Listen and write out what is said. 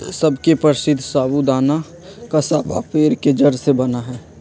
सबसे प्रसीद्ध साबूदाना कसावा पेड़ के जड़ से बना हई